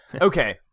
Okay